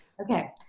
Okay